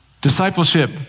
Discipleship